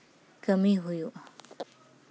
ᱠᱟᱹᱢᱤ ᱦᱩᱭᱩᱜᱼᱟ